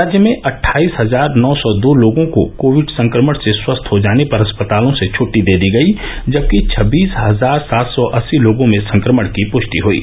राज्य में अटठाईस हजार नौ सौ दो लोगों को कोविड संक्रमण से स्क्स्थ हो जाने पर अस्पतालों से छटटी दे दी गयी जबकि छब्बीस हजार सात सौ अस्सी लोगों में संक्रमण की पुष्टि हयी